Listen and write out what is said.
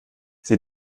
sie